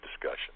discussion